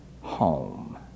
home